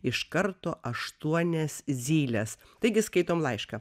iš karto aštuonias zyles taigi skaitom laišką